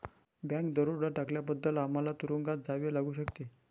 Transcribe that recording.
bank दरोडा टाकल्याबद्दल आम्हाला तुरूंगात जावे लागू शकते